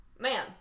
man